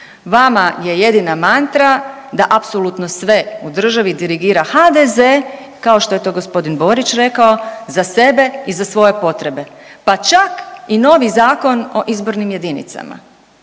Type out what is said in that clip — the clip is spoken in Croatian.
Vama je jedina mantra da apsolutno sve u državi dirigira HDZ kao što je to gospodin Borić rekao za sebe i za svoje potrebe, pa čak i novi Zakon o izbornim jedinicama.